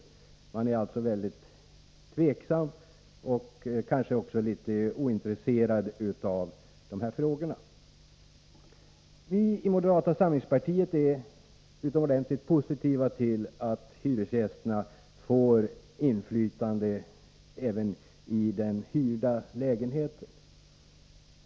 Socialdemokraterna är alltså mycket tveksamma och kanske litet ointresserade av dessa frågor. Vi i moderata samlingspartiet är utomordentligt positiva till att hyresgästerna får inflytande över underhållet även i den hyrda lägenheten.